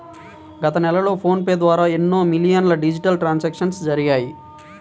గత నెలలో PhonePe ద్వారా ఎన్నో మిలియన్ల డిజిటల్ ట్రాన్సాక్షన్స్ జరిగాయి